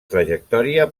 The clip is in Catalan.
trajectòria